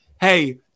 Hey